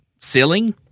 ceiling